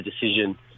decision